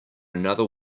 another